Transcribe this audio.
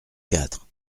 quatre